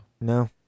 no